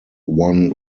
won